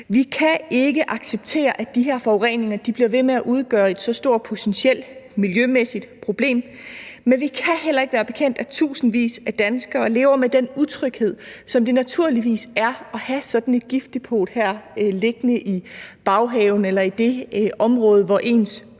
Vi kan ikke acceptere, at de her forureninger bliver ved med at udgøre et så stort potentielt miljømæssigt problem, men vi kan heller ikke være bekendt, at tusindvis af danskere lever med den utryghed, som det naturligvis giver at have sådan et giftdepot her liggende i baghaven eller i det område, hvor ens børn